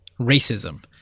racism